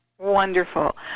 Wonderful